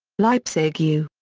leipzig u.